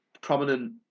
prominent